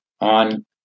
on